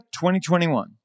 2021